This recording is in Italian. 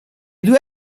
due